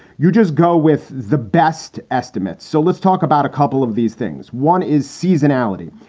you just go with the best estimate. so let's talk about a couple of these things. one is seasonality.